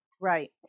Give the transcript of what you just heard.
Right